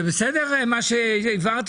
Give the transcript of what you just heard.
זה בסדר מה שהבהרתי